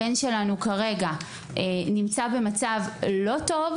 הבן שלנו כרגע נמצא במצב לא טוב,